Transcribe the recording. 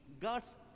God's